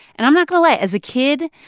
and i'm not going to lie, as a kid,